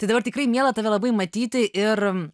tai dabar tikrai miela tave labai matyti ir